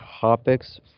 topics